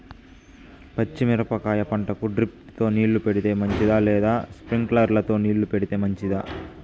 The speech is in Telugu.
పచ్చి మిరపకాయ పంటకు డ్రిప్ తో నీళ్లు పెడితే మంచిదా లేదా స్ప్రింక్లర్లు తో నీళ్లు పెడితే మంచిదా?